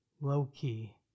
low-key